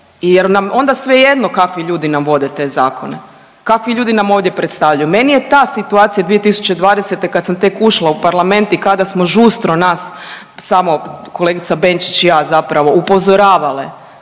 onda svejedno kakvi ljudi nam vode te zakone, kakvi ljudi nam ovdje predstavljaju. Meni je ta situacija 2020. kad sam tek ušla u Parlament i kada smo žustro nas samo kolegica Benčić i ja zapravo upozoravale